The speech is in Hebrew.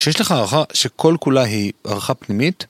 כשיש לך הערכה שכל כולה היא הערכה פנימית